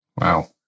Wow